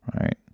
right